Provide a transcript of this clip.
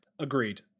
Agreed